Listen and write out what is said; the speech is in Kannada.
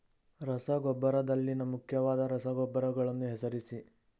ರಸಗೊಬ್ಬರದಲ್ಲಿನ ಮುಖ್ಯವಾದ ರಸಗೊಬ್ಬರಗಳನ್ನು ಹೆಸರಿಸಿ?